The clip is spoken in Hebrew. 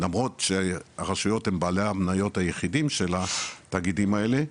למרות שהרשויות הן בעלי המניות היחידים של התאגידים האלה,